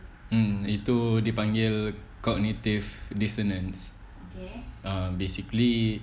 mm itu dia panggil cognitive dissonance err basically